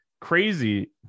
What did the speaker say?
crazy